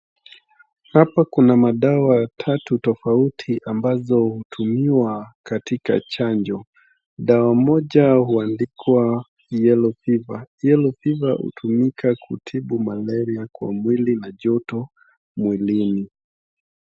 Hapa kuna madawa tatu tofauti ambazo hutumiwa katika chanjo. Dawa moja huandikwa yellow fever . Yellow fever hutumika kutibu malaria kwa mwili na joto mwilini.